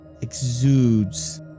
exudes